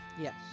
Yes